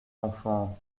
enfant